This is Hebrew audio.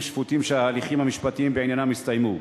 שפוטים שההליכים המשפטיים בעניינם הסתיימו.